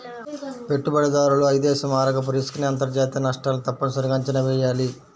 పెట్టుబడిదారులు విదేశీ మారకపు రిస్క్ ని అంతర్జాతీయ నష్టాలను తప్పనిసరిగా అంచనా వెయ్యాలి